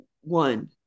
one